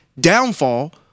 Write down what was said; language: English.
downfall